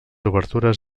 obertures